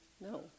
No